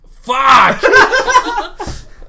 Fuck